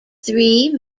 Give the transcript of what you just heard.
three